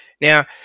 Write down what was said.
Now